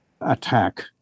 attack